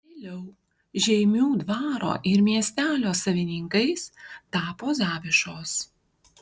vėliau žeimių dvaro ir miestelio savininkais tapo zavišos